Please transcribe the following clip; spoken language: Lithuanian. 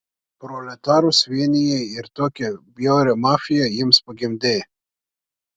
proletarus vienijai ir tokią bjaurią mafiją jiems pagimdei